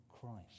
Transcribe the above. Christ